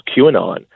QAnon